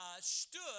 stood